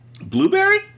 Blueberry